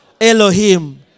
Elohim